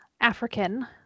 African